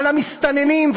על המסתננים,